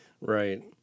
right